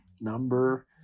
number